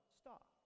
Stop